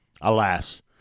Alas